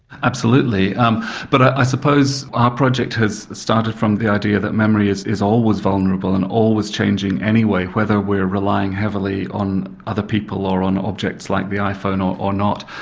absolutely um but i suppose our project has started from the idea that memory is is always vulnerable and always changing anyway whether we're relying heavily on other people or on objects like the iphone or or not.